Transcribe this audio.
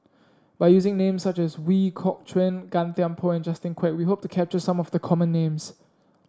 by using names such as Ooi Kok Chuen Gan Thiam Poh and Justin Quek we hope to capture some of the common names